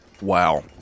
Wow